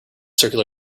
circular